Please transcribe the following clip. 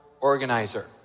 organizer